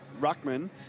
Ruckman